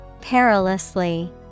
Perilously